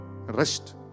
rest